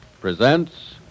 presents